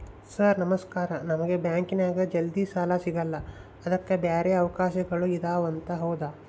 Sir ನಮಸ್ಕಾರ ನಮಗೆ ಬ್ಯಾಂಕಿನ್ಯಾಗ ಜಲ್ದಿ ಸಾಲ ಸಿಗಲ್ಲ ಅದಕ್ಕ ಬ್ಯಾರೆ ಅವಕಾಶಗಳು ಇದವಂತ ಹೌದಾ?